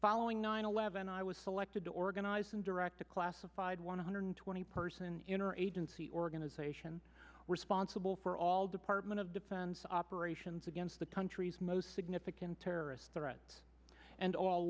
following nine eleven i was selected to organize and direct a classified one hundred twenty person interagency organization responsible for all department of defense operations against the country's most significant terrorist threats and all